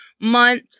month